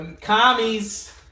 Commies